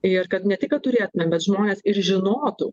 ir kad ne tik kad turėtumėm bet žmonės ir žinotų